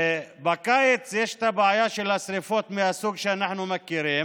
ובקיץ יש את הבעיה של השרפות מהסוג שאנחנו מכירים.